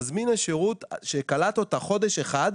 מזמין השירות שקלט אותה חודש אחד,